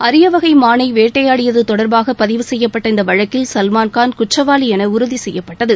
அரியவகை மானை வேட்டையாடியது தொடாபாக பதிவு செய்யப்பட்ட இந்த வழக்கில் சல்மான்காள் குற்றவாளி என உறுதிசெய்யப்பட்டது